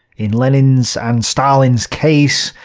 in lenin's and stalin's case,